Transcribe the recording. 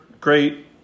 great